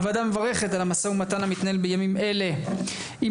הוועדה מברכת על המשא ומתן המתנהל בימים אלה עם